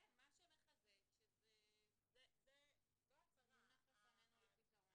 כן, מה שמחזק שזה מונח לפנינו לפתרון.